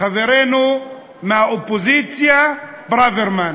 חברנו מהאופוזיציה ברוורמן.